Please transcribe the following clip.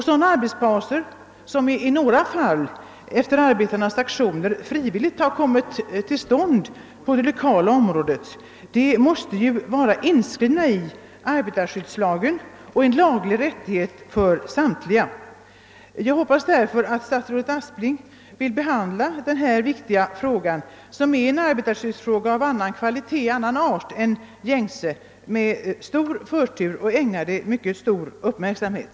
Sådana arbetspauser, som i några fall efter arbetarnas aktioner frivilligt har införts på det lokala området, måste vara inskrivna i arbetarskyddslagen som en laglig rättighet för samtliga. Jag hoppas därför att statsrådet Aspling vill behandla denna viktiga fråga, som är ett arbetarskyddsproblem av annan art än de gängse, med förtur och ägna det mycket större uppmärksamhet.